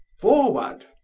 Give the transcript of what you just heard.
forward!